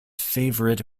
favourite